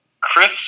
Chris